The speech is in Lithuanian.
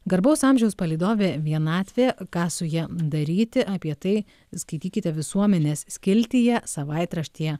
garbaus amžiaus palydovė vienatvė ką su ja daryti apie tai skaitykite visuomenės skiltyje savaitraštyje